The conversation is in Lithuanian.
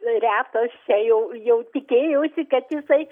retas čia jau jau tikėjausi kad jisai